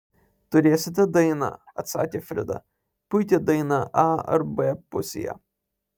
turėsite dainą atsakė frida puikią dainą a ar b pusėje